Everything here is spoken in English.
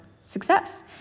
success